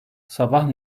sabah